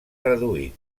reduït